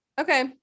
Okay